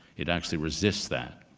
it actually resists that.